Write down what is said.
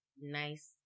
nice